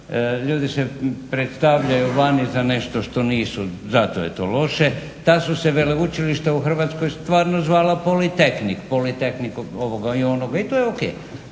Ljudi se predstavljaju vani za nešto što nisu zato je to loše. Ta su se veleučilišta u Hrvatskoj stvarno zvala politehnik, politehnik ovoga ili onoga i to je o.k.